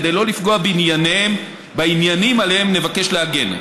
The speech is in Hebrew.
כדי לא לפגוע בעניינים שעליהם נבקש להגן.